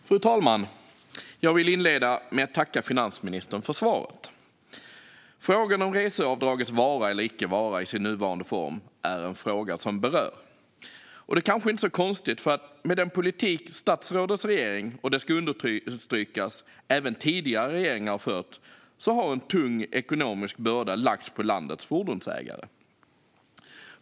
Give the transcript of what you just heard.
Fru talman! Jag vill inleda med att tacka finansministern för svaret. Frågan om reseavdragets vara eller icke vara i sin nuvarande form är en fråga som berör. Det är kanske inte så konstigt. Med den politik som statsrådets regering och, det ska understrykas, även tidigare regeringar har fört har en tung ekonomisk börda lagts på landets fordonsägare.